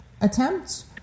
attempt